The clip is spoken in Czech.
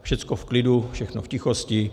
Všecko v klidu, všechno v tichosti.